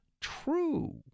true